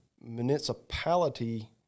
municipality